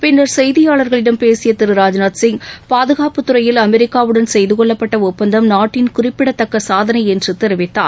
பின்னர் செய்தியாளர்களிடம் பேசிய திரு ராஜ்நாத்சிங் பாதுகாப்புத்துறையில் அமெரிக்காவுடன் செய்துகொள்ளப்பட்ட ஒப்பந்தம் நாட்டின் குறிப்பிடத்தக்க சாதனை என்று தெரிவித்தார்